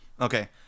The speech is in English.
Okay